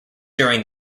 during